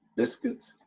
biscuits?